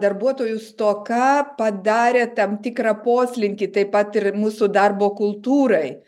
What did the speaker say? darbuotojų stoka padarė tam tikrą poslinkį taip pat ir mūsų darbo kultūrai